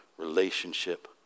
relationship